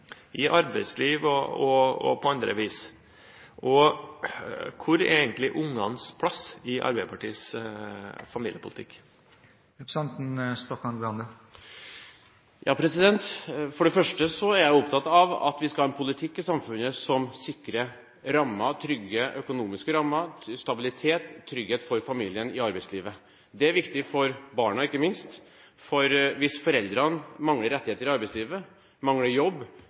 i arbeidsliv og på andre vis? Hvor er egentlig ungenes plass i Arbeiderpartiets familiepolitikk? For det første er jeg opptatt av at vi skal ha en politikk i samfunnet som sikrer trygge, økonomiske rammer, stabilitet og trygghet for familien i arbeidslivet. Det er viktig, ikke minst for barna, for hvis foreldrene mangler rettigheter i arbeidslivet, mangler jobb